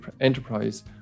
enterprise